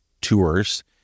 tours